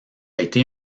été